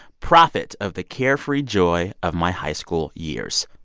prophet of the carefree joy of my high school years.